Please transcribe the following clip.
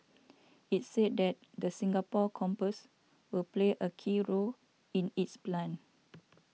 it said that the Singapore campus will play a key role in its plan